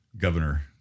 Governor